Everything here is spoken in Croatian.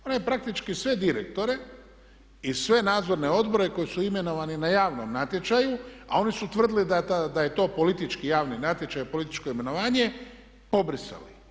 Ona je praktički sve direktore i sve nadzorne odbore koji su imenovani na javnom natječaju, a oni su tvrdili da je to politički javni natječaj, političko imenovanje pobrisali.